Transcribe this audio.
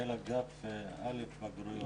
מנהל אגף א' בגרויות.